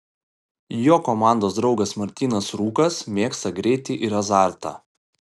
jo komandos draugas martynas rūkas mėgsta greitį ir azartą